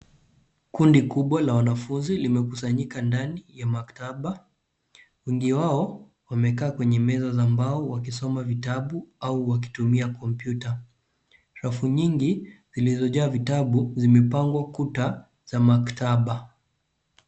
Kundi kubwa la wanafunzi limekusanyika ndani ya maktaba, wengi wao wamekaa kwenye meza za mbao wakisoma vitabu au wakitumia kompyuta. Rafu nyingi zilizojaa vitabu zimepangwa kuta za maktaba.